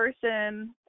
person